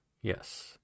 Yes